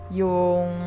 yung